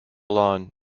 lawn